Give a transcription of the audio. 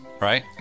right